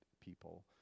people